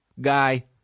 guy